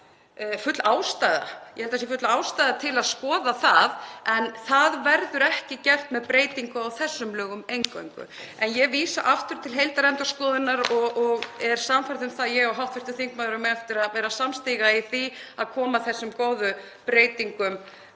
full ástæða til að skoða það en það verður ekki gert með breytingu á þessum lögum eingöngu. En ég vísa aftur til heildarendurskoðunar og er sannfærð um að ég og hv. þingmaður eigum eftir að vera samstiga í því að koma þessum góðu breytingum